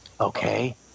okay